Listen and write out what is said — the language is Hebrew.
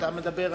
יש פה שר.